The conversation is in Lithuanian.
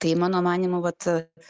tai mano manymu vat